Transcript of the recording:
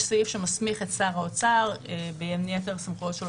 יש סעיף שמסמיך את שר האוצר בין יתר הסמכויות שלו